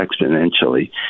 exponentially